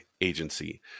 agency